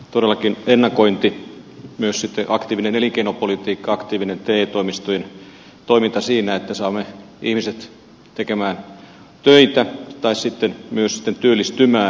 todellakin ennakointi myös aktiivinen elinkeinopolitiikka aktiivinen te toimistojen toiminta siinä että saamme ihmiset tekemään töitä ja myös työllistymään